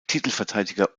titelverteidiger